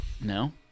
No